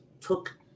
took